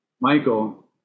Michael